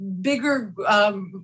bigger